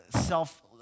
self